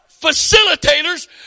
facilitators